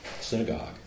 synagogue